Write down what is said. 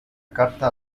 carta